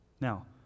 Now